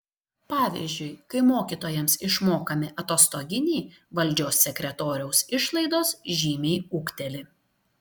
pavyzdžiui kai mokytojams išmokami atostoginiai valdžios sektoriaus išlaidos žymiai ūgteli